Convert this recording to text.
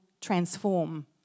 transform